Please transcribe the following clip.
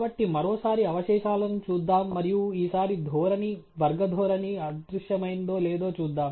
కాబట్టి మరోసారి అవశేషాలను చూద్దాం మరియు ఈసారి ధోరణి వర్గ ధోరణి అదృశ్యమైందో లేదో చూద్దాం